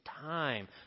time